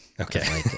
Okay